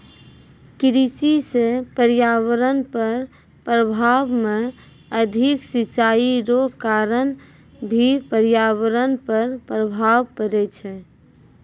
कृषि से पर्यावरण पर प्रभाव मे अधिक सिचाई रो कारण भी पर्यावरण पर प्रभाव पड़ै छै